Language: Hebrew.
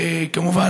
כמובן,